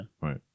right